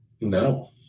No